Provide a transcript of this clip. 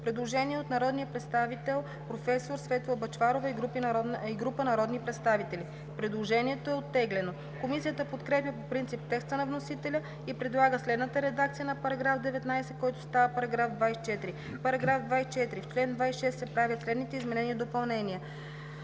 предложение от народния представител професор Светла Бъчварова и група народни представители. Предложението е оттеглено. Комисията подкрепя по принцип текста на вносителя и предлага следната редакция на § 19, който става § 24: „§ 24. В чл. 26 се правят следните изменения и допълнения: